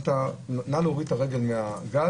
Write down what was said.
נא להוריד את הרגל מהגז,